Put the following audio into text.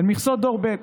הן מכסות דור ב',